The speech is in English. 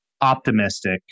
Optimistic